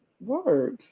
Work